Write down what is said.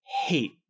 hate